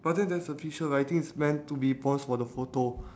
but then there's a picture I think it's meant to be points for the photo